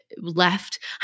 left